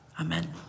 Amen